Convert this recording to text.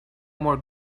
more